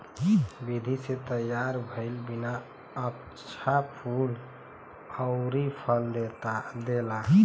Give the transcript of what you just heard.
विधि से तैयार भइल बिया अच्छा फूल अउरी फल देला